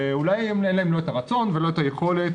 ואולי אין להם את הרצון ואת היכולת.